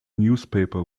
newspaper